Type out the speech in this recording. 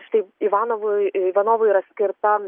štai ivanovui ivanovui yra skirta